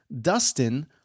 Dustin